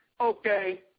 okay